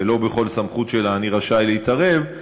ולא בכל סמכות שלה אני רשאי להתערב,